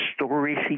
stories